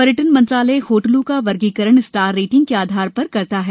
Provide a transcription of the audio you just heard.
पर्यटन मंत्रालय होटलों का वर्गीकरण स्टार रेटिंग के आधार पर करता है